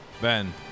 Ben